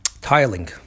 tiling